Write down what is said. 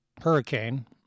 hurricane